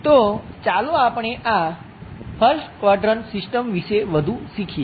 તો ચાલો આપણે આ 1st ક્વાડ્રંટ સિસ્ટમ વિશે વધુ શીખીએ